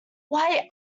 why